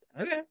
Okay